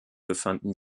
befanden